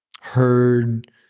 heard